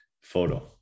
photo